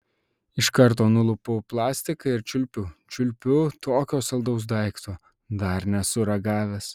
iš karto nulupu plastiką ir čiulpiu čiulpiu tokio saldaus daikto dar nesu ragavęs